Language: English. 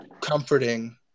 comforting